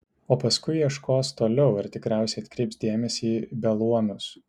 o paskui ieškos toliau ir tikriausiai atkreips dėmesį į beluomius